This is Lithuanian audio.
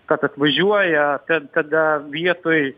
kad atvažiuoja kad kada vietoj